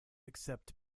accept